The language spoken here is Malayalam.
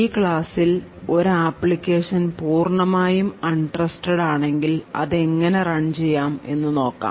ഈ ക്ലാസ്സിൽ ഒരു അപ്ലിക്കേഷൻ പൂർണമായും അൺ ട്രസ്റ്റഡ് ആണെങ്കിൽ അതെങ്ങനെ റൺ ചെയ്യാം എന്നു നോക്കാം